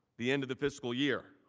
the end of the fiscal year.